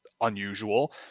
unusual